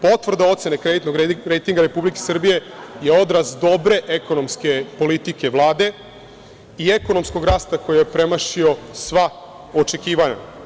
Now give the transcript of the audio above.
Potvrda ocene kreditnog rejtinga Republike Srbije je odraz dobre ekonomske politike Vlade i ekonomskog rasta koji je premašio sva očekivanja.